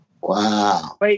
Wow